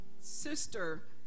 Sister